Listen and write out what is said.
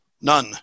None